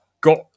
got